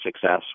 success